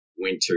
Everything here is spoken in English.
winter